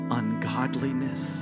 ungodliness